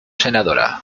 senadora